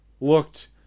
looked